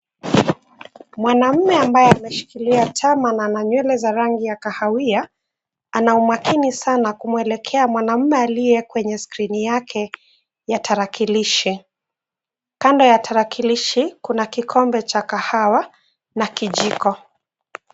Mwanamme ambaye ameshikilia tama na ana nywele za rangi ya kahawia, ana umakini sana kumuelekea mwanamme aliye kwenye skrini yake ya tarakilishi. Kando ya tarakilishi, kuna kikombe cha kahawa na kijiko.